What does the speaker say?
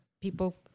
people